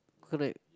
correct